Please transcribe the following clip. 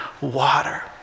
water